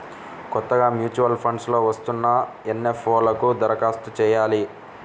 కొత్తగా mutual funds లో వస్తున్న ఎన్.ఎఫ్.ఓ లకు దరఖాస్తు చెయ్యాలి